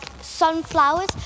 sunflowers